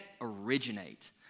originate